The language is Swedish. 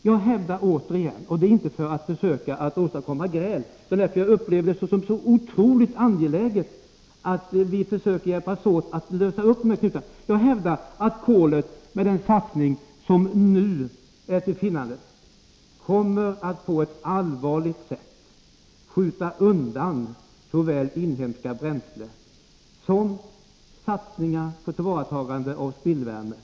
Jag hävdar återigen — och det är inte för att försöka åstadkomma gräl utan därför att jag upplever det som så angeläget att vi hjälps åt att lösa upp bindningarna till kolet — att kolet med den satsning som nu görs på ett allvarligt sätt kommer att skjuta undan såväl inhemska bränslen som satsningar på tillvaratagande av spillvärme o. d.